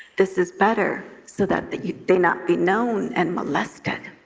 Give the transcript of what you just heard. this is better, so that that yeah they not be known and molested.